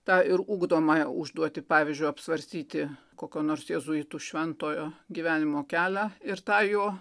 tą ir ugdomąją užduotį pavyzdžiui apsvarstyti kokio nors jėzuitų šventojo gyvenimo kelią ir tą jo